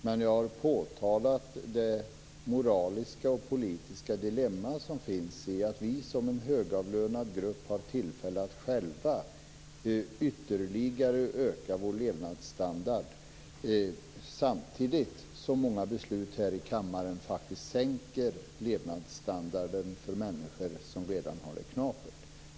Men jag har påtalat det moraliska och politiska dilemma som finns i att vi som högavlönad grupp har tillfälle att själva ytterligare höja vår levnadsstandard samtidigt som många beslut här i kammaren faktiskt sänker levnadsstandarden för människor som redan har det knapert.